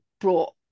brought